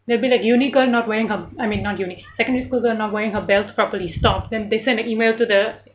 they'll be like uni girl not wearing her I mean not uni secondary school girl not wearing her belt properly stomped then they send an email to the